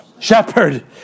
Shepherd